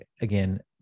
again